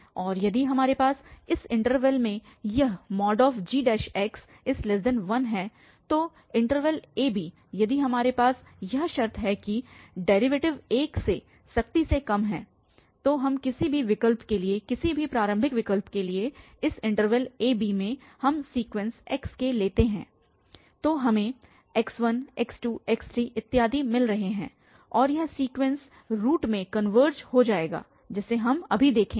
और यदि हमारे पास इस इन्टरवल में यह gx 1 है तो इन्टरवल ab यदि हमारे पास यह शर्त है कि डेरीवेटिव 1 से सख्ती से कम है तो हम किसी भी विकल्प के लिए किसी भी प्रारंभिक विकल्प के लिए इस इन्टरवल ab में हम सीक्वेंस xk लेते हैं तो हमें x1 x2 x3 इत्यादि मिल रहे हैं और यह सीक्वेंस रूट में कनवर्ज हो जाएगा जिसे हम अभी देखेंगे